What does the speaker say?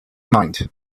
mind